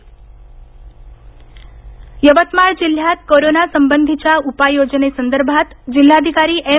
बैठक यवतमाळ यवतमाळ जिल्ह्यात कोरोना सबंधीच्या उपाययोजनांसंदर्भात जिल्हाधिकारी एम